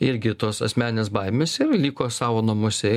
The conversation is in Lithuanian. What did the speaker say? irgi tos asmeninės baimės ir liko savo namuose